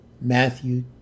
Matthew